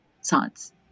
science